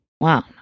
Wow